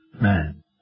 Man